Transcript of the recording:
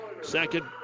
second